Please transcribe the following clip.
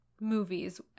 movies